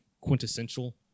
quintessential